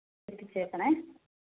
എത്തിച്ചേക്കണേ